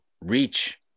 reach